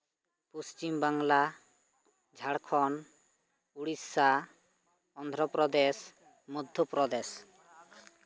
Paschimbangla Jharkhand Odisha Andhra Pradesh Madhya Pradesh